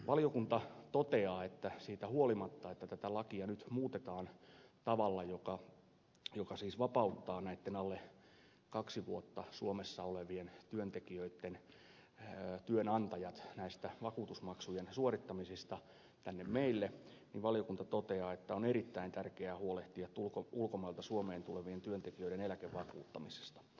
valiokunta toteaa että siitä huolimatta että tätä lakia nyt muutetaan tavalla joka siis vapauttaa näitten alle kaksi vuotta suomessa olevien työntekijöitten työnantajat näistä vakuutusmaksujen suorittamisista tänne meille niin on erittäin tärkeää huolehtia ulkomailta suomeen tulevien työntekijöiden eläkevakuuttamisesta